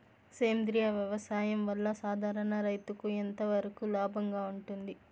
సేంద్రియ వ్యవసాయం వల్ల, సాధారణ రైతుకు ఎంతవరకు లాభంగా ఉంటుంది?